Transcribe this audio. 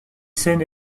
scènes